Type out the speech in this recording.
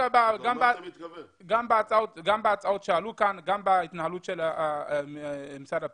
גם בהצעות שעלו כאן וגם בהתנהלות משרד הפנים.